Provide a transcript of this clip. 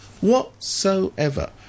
whatsoever